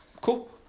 Cool